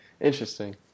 Interesting